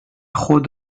خود